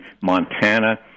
Montana